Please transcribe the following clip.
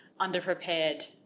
underprepared